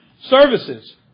Services